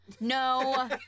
No